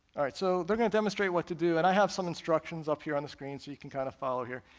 alright so they're going to demonstrate what to do, and i have some instructions up here on the screen so you can kinda kind of follow here,